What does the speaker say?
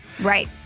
Right